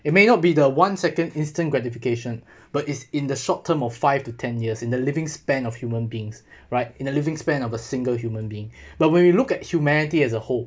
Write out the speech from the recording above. it may not be the one second instant gratification but it's in the short term of five to ten years in the living span of human beings right in a living span of a single human being but when we look at humanity as a whole